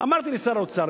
אמרתי לשר האוצר,